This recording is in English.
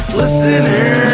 listener